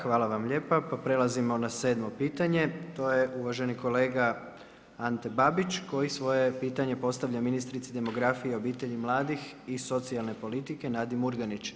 Hvala vam lijepa, pa prelazimo na 7 pitanje, to je uvaženi kolega Ante Babić koji svoje pitanje postavlja ministrici demografije, obitelji i mladih i socijalne politike, Nadi Murganić.